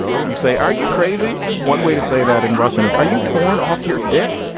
if you say, are you crazy? one way to say that in russian is are you torn off your dick?